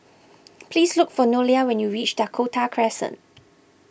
please look for Nolia when you reach Dakota Crescent